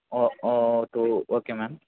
oh oh two okay ma'am